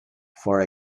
for